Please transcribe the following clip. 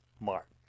mark